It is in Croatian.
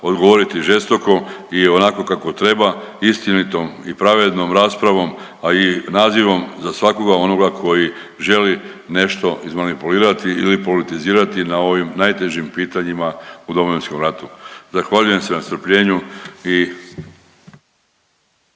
odgovoriti žestoko i onako kako treba, istinito i pravednom raspravom, ali i nazivom za svakoga onoga koji želi nešto izmanipulirati ili politizirati na ovim najtežim pitanjima u Domovinskom ratu. Zahvaljujem se na strpljenju i…